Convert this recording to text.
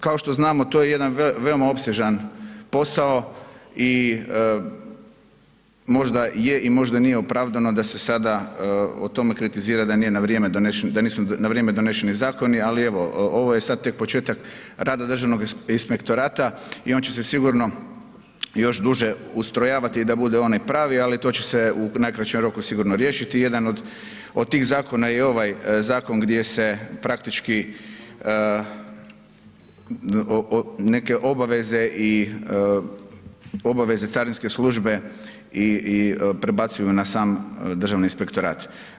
Kao što znamo, to je jedan veoma opsežan posao i možda je i možda nije opravdano da se sada o tome kritizira da nisu na vrijeme doneseni zakoni, ali evo, ovo je sad tek početak rada Državnog inspektorata i on će se sigurno još duže ustrojavati da bude onaj pravi ali to će se u najkraćem roku sigurno riješiti, jedan od tih zakona je i ovaj zakon gdje se praktički neke obaveze i obaveze carinske službe prebacuju na sam Državni inspektorat.